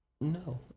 No